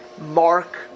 Mark